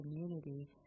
Community